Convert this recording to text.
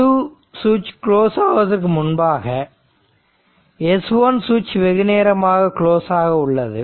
S2 சுவிட்ச் close ஆவதற்கு முன்பாக S1 ஸ்விச் வெகுநேரமாக க்ளோஸ் ஆக உள்ளது